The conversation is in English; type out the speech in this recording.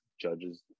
Judge's